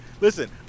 Listen